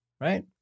right